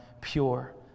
pure